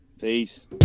peace